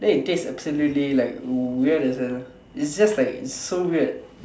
then it taste absolutely like weird as a its just like so weird